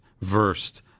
versed